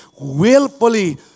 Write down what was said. willfully